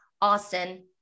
Austin